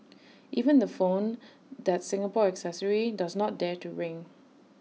even the phone that Singapore accessory does not dare to ring